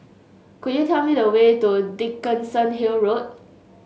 could you tell me the way to Dickenson Hill Road